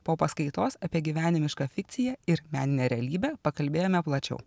po paskaitos apie gyvenimišką fikcija ir meninę realybę pakalbėjome plačiau